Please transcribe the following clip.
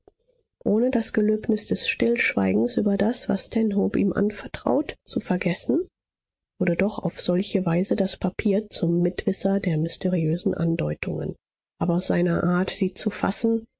ohne das gelöbnis des stillschweigens über das was stanhope ihm anvertraut zu vergessen wurde doch auf solche weise das papier zum mitwisser der mysteriösen andeutungen aber aus seiner art sie zu fassen